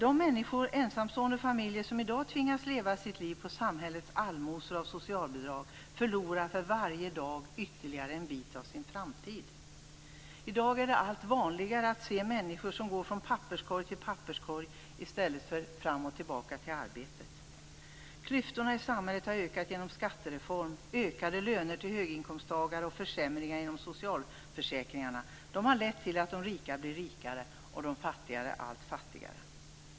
De människor, ensamstående och familjer, som i dag tvingas leva sina liv på samhällets allmosor i form av socialbidrag, förlorar för varje dag ytterligare en bit av sin framtid. I dag är det allt vanligare att man ser människor som går från papperskorg till papperskorg i stället för fram och tillbaka till arbetet. Klyftorna i samhället har ökat genom skattereform, ökade löner till höginkomsttagare och försämringar inom socialförsäkringarna. Detta har lett till att de rika blir allt rikare och de fattiga allt fattigare.